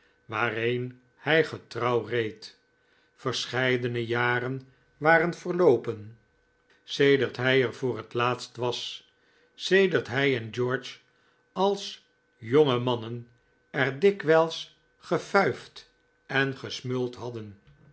waarheen hij getrouw reed verscheidene jaren waren verloopen sedert hij er voor het laatst was sedert hij en george als jonge mannen er dikwijls gefuifd en gesmuld hadden